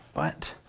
but,